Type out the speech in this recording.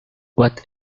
what